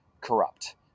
corrupt